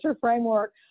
Framework